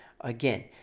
Again